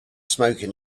smoking